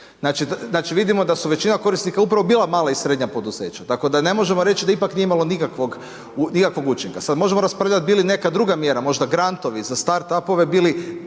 Znači vidimo da su većina korisnika upravo bila mala i srednja poduzeća, tako da ne možemo reći da ipak nije imalo nikakvog učinka. Sad možemo raspravljati bi li neka druga mjera, možda grantovi za start upove bili